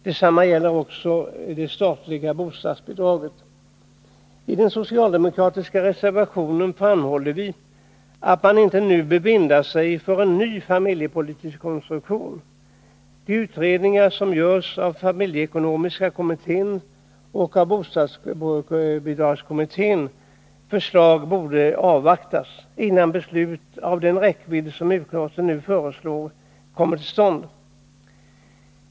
Detsamma gäller det statliga bostadsbidraget. I den socialdemokratiska reservationen framhåller vi att man inte nu bör binda sig för en ny familjepolitisk konstruktion. De utredningar som görs av familjeekonomiska kommitténs och bostadsbidragskommitténs förslag borde avvaktas, innan beslut av den räckvidd som utskottet nu föreslår kommer till stånd.